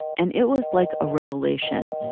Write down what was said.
and it was like a revelation.